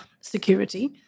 security